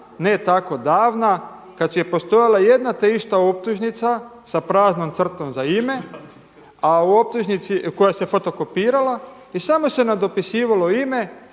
ne tako davna, kada je postojala jedna te ista optužnica sa praznom crtom za ime a u optužnici, koja se fotokopirala, i samo se nadopisivalo ime